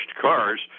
cars